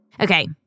Okay